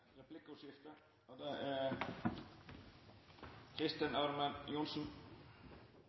replikkordskifte. Det er